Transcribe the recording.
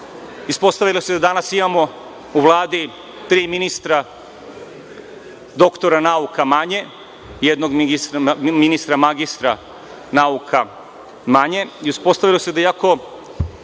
Ispostavilo se da danas imamo u Vladi tri ministra doktora nauka manje, jednog ministra magistra nauka manje,